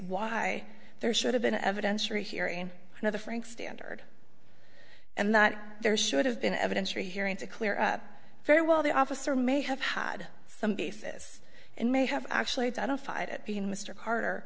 why there should have been evidentiary hearing another frank standard and that there should have been evidence or a hearing to clear up very well the officer may have had some basis and may have actually i don't